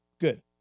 Good